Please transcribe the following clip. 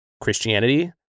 Christianity